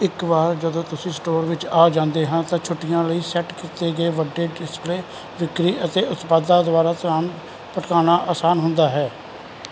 ਇੱਕ ਵਾਰ ਜਦੋਂ ਤੁਸੀਂ ਸਟੋਰ ਵਿੱਚ ਆ ਜਾਂਦੇ ਹੋ ਤਾਂ ਛੁੱਟੀਆਂ ਲਈ ਸੈੱਟ ਕੀਤੇ ਗਏ ਵੱਡੇ ਡਿਸਪਲੇ ਵਿਕਰੀ ਅਤੇ ਉਤਪਾਦਾਂ ਦੁਆਰਾ ਧਿਆਨ ਭਟਕਾਉਣਾ ਆਸਾਨ ਹੁੰਦਾ ਹੈ